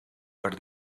per